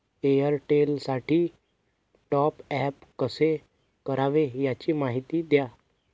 एअरटेलसाठी टॉपअप कसे करावे? याची माहिती द्या